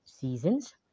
seasons